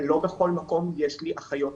אבל לא בכל מקום יש לי אחיות